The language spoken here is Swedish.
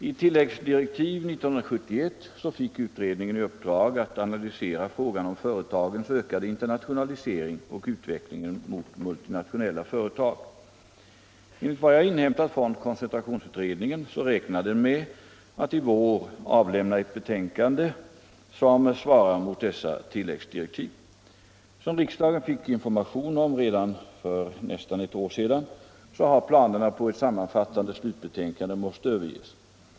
I tilläggsdirektiv 1971 fick utredningen i uppdrag att analysera frågan om företagens ökade internationalisering och utvecklingen mot multinationella företag. Enligt vad jag inhämtat från koncentrationsutredningen räknar den med att i vår avlämna ett betänkande som svarar mot dessa tilläggsdirektiv. Som riksdagen fick information om, redan för nästan ett år sedan, har planerna på ett sammanfattande slutbetänkande måst överges.